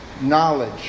knowledge